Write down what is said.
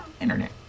internet